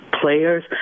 players